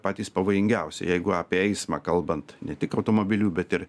patys pavojingiausi jeigu apie eismą kalbant ne tik automobilių bet ir